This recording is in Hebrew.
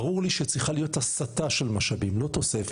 ברור לי שצריכה להיות הסטה של משאבים לא תוספת,